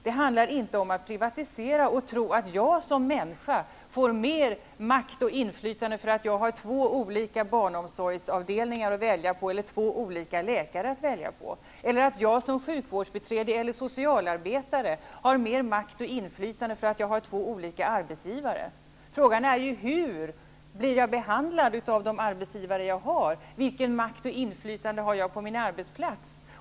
Det handlar inte om att privatisera och tro att jag som människa får mer makt och inflytande på grund av att jag har två olika barnomsorgsavdelningar eller två olika läkare att välja på, eller att jag som sjukvårdsbiträde eller socialarbetare har mer makt och inflytande på grund av att jag har två olika arbetsgivare att välja på. Frågan är ju hur jag blir behandlad av de arbetsgivare jag har, vilken makt och vilket inflytande jag har på min arbetsplats.